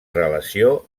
relació